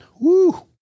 woo